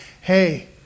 hey